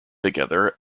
together